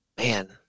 Man